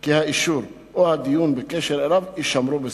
כי האישור, או הדיון בקשר אליו, יישמרו בסוד.